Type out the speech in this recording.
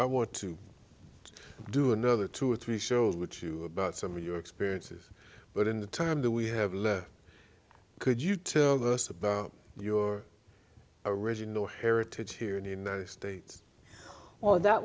i wanted too do another two or three shows with you about some of your experiences but in the time that we have left could you tell us about your original heritage here in the united states or that